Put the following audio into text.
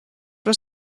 was